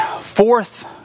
fourth